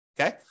Okay